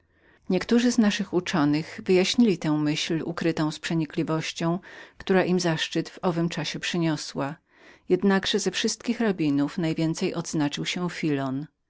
niektórzy z mędrców naszych wyjaśnili tę myśl ukrytą z przenikliwością która im zaszczyt w owym czasie przyniosła jednakże ze wszystkich rabinów najwięcej odznaczył się